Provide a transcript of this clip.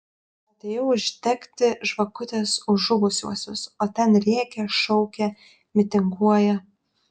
atėjau uždegti žvakutės už žuvusiuosius o ten rėkia šaukia mitinguoja